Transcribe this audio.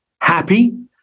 happy